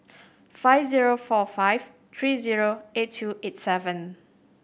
five zero four five three zero eight two eight seven